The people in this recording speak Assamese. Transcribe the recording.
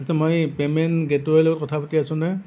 এইটো মই পেমেণ্ট গেটৱেৰ লগত কথা পাতি আছোঁনে